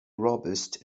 robust